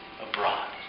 abroad